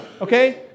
okay